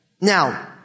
Now